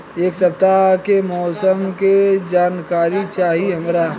एक सपताह के मौसम के जनाकरी चाही हमरा